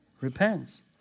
Repents